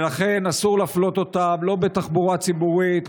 ולכן אסור להפלות אותם לא בתחבורה ציבורית,